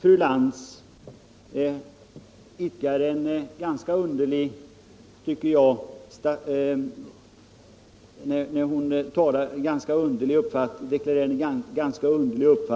Fru Lantz deklarerade en ganska underlig